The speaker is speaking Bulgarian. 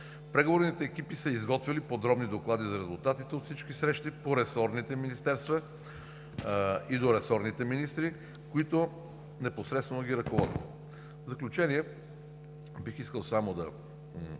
Преговорните екипи са изготвили подробни доклади за резултатите от всички срещи по ресорните министерства и до ресорните министри, които непосредствено ги ръководят. В заключение, бих искал само да